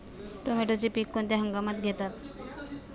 टोमॅटोचे पीक कोणत्या हंगामात घेतात?